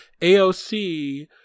AOC